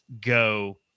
go